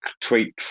tweet